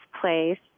place